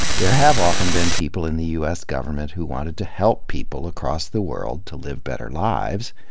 there have often been people in the u s. government who wanted to help people across the world to live better lives,